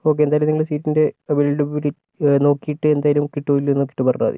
okay എന്തായാലും നിങ്ങൾ സീറ്റിൻ്റെ അവൈലബിലിറ്റി നോക്കിയിട്ട് എന്തായാലും കിട്ടുമോ ഇല്ലയോയെന്ന് നോക്കിയിട്ട് പറഞ്ഞാൽ മതി